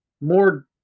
more